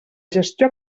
gestió